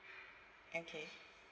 okay